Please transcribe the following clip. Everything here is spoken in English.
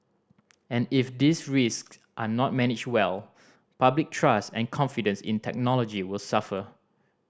and if these risk are not managed well public trust and confidence in technology will suffer